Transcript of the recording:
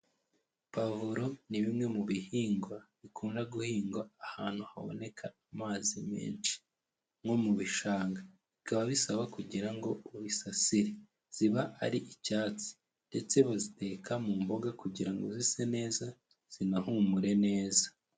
Pavuro ni bimwe mu bihingwa bikunda guhingwa ahantu haboneka amazi menshi nko mu bishanga, bikaba bisaba kugira ngo uzisasire, ziba ari icyatsi, ndetse baziteka mu mboga kugira ngo zise neza zinahumure neza.